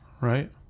Right